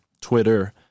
twitter